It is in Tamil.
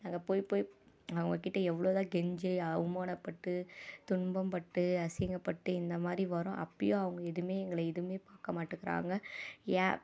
நாங்ள்க போய் போய் அவங்கள்கிட்ட எவ்வளோதான் கெஞ்சி அவமானப்பட்டு துன்பப்பட்டு அசிங்கப்பட்டு இந்த மாதிரி வரும் அப்போயும் அவங்க எதுவுமே எங்களை எதுவுமே பார்க்க மாட்டேக்குறாங்க ஏன்